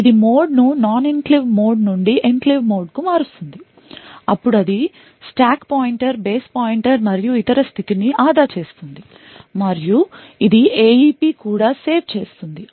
ఇది మోడ్ను non enclave mode నుండి ఎన్క్లేవ్ మోడ్కు మారుస్తుంది అప్పుడు అది స్టాక్ పాయింటర్ బేస్ పాయింటర్ మరియు ఇతర స్థితిని ఆదా చేస్తుంది మరియు ఇది AEP కూడా సేవ్ చేస్తుంది